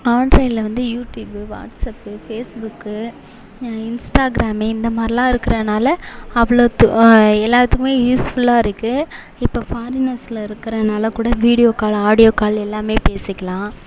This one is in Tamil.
ஆண்ட்ராய்டில் வந்து யூடுயூபு வாட்ஸ்அப்பு ஃபேஸ்புக்கு இன்ஸ்டாகிராமு இந்த மாரிலாம் இருக்கறதுனால அவ்ளோது எல்லாத்துக்கும் யூஸ்ஃபுல்லாக இருக்கு இப்போ ஃபாரினர்ஸில் இருக்கறதுனால கூட வீடியோ கால் ஆடியோ கால் எல்லாம் பேசிக்கலாம்